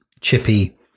chippy